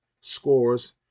scores